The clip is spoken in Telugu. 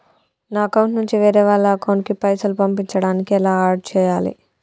నా అకౌంట్ నుంచి వేరే వాళ్ల అకౌంట్ కి పైసలు పంపించడానికి ఎలా ఆడ్ చేయాలి?